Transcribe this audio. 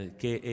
che